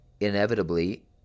inevitably